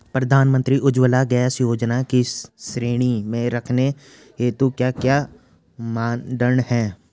प्रधानमंत्री उज्जवला गैस योजना की श्रेणी में रखने हेतु क्या क्या मानदंड है?